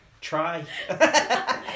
try